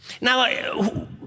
now